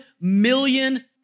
million